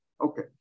Okay